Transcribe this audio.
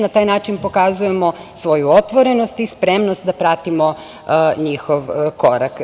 Na taj način pokazujemo svoju otvorenost i spremnost da pratimo njihov korak.